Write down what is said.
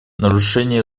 нарушение